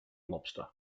lobster